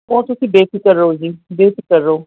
ਉਹ ਤੁਸੀਂ ਬੇਫਿਕਰ ਰਹੋ ਜੀ ਬੇਫਿਕਰ ਰਹੋ